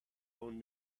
own